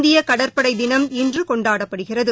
இந்தியகடற்படைதினம் இன்றுகொண்டாடப்படுகிறது